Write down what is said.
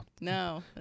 No